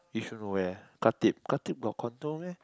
you should know where Khatib Khatib got condo meh